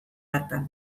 hartan